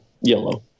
yellow